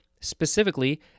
specifically